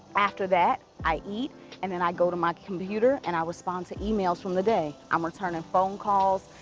after that, i eat and then i go to my computer and i respond to emails from the day. i'm returning phone calls.